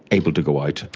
able to go out.